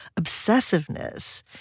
obsessiveness